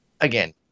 Again